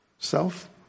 Self